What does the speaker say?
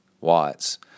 watts